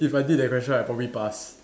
if I did that question I probably pass